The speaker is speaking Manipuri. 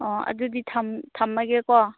ꯑꯣ ꯑꯗꯨꯗꯤ ꯊꯝꯂꯒꯦꯀꯣ